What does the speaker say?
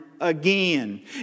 Again